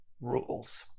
rules